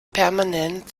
permanent